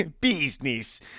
business